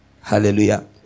Hallelujah